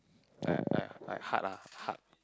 I I I hard lah hard